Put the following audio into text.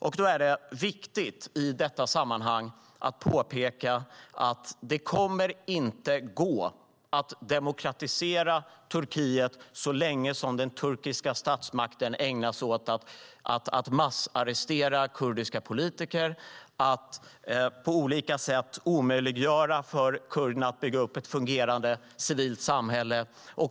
Därför är det viktigt att i detta sammanhang påpeka att det inte kommer att gå att demokratisera Turkiet så länge den turkiska statsmakten ägnar sig åt att massarrestera kurdiska politiker och på olika sätt omöjliggör för kurderna att bygga upp ett fungerande civilt samhälle.